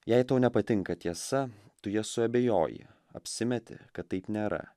jei tau nepatinka tiesa tu ja suabejoji apsimeti kad taip nėra